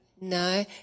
no